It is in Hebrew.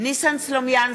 ניסן סלומינסקי,